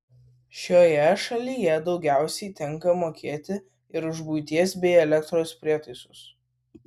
šioje šalyje daugiausiai tenka mokėti ir už buities bei elektros prietaisus